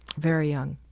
very young.